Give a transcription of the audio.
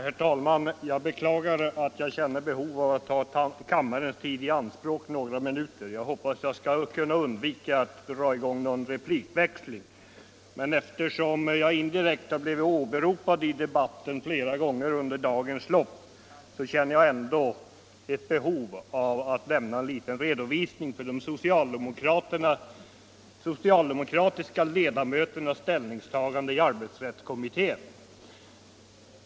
Herr talman! Jag beklagar att jag känner behov av att ta kammarens tid i anspråk några minuter. Jag hoppas kunna undvika att dra i gång ett replikskifte. Eftersom jag indirekt har blivit åberopad i debatten under dagens lopp, känner jag ett behov av att lämna en liten redovisning för de socialdemokratiska ledamöternas ställningstagande i arbetsrättskommittén.